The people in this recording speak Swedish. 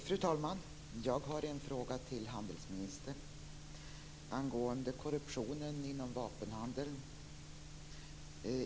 Fru talman! Jag har en fråga till handelsministern angående korruptionen inom vapenhandeln.